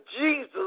Jesus